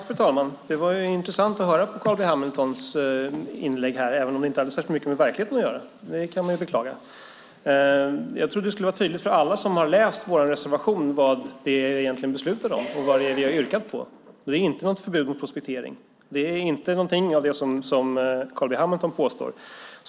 Fru talman! Det var intressant att lyssna på Carl B Hamiltons anförande även om det inte hade särskilt mycket med verkligheten att göra. Det kan man beklaga. Jag trodde att det var tydligt för alla som läst vår reservation vad vi egentligen beslutar om och vad vi yrkar på. Det är inte ett förbud mot prospektering. Det är ingenting av det som Carl B Hamilton påstår.